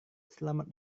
selamat